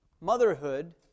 motherhood